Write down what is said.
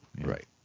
Right